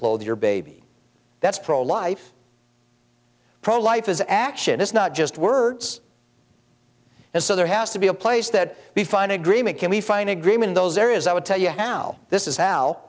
clothe your baby that's pro life pro life is action it's not just words and so there has to be a place that we find agreement can we find agreement those areas i would tell you how this is